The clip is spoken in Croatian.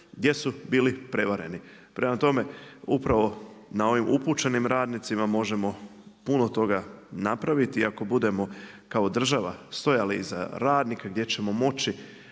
gdje su bili prevareni. Prema tome upravo na ovim upućenim radnicima možemo puno toga napraviti. I ako budemo kao država stajali iza radnika gdje ćemo moći